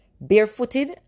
barefooted